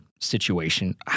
situation